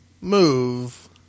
move